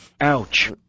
Ouch